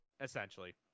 Essentially